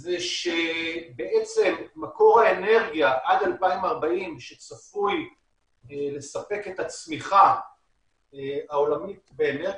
זה שמקור האנרגיה עד 2040 שצפוי לספק את הצריכה העולמית באנרגיה,